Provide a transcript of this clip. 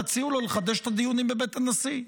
תציעו לו לחדש את הדיונים בבית הנשיא.